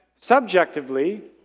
subjectively